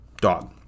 dog